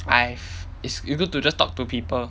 I've is you look to just talk to people